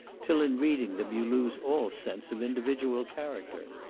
till in reading them you lose all sense of individual character.